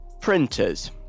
printers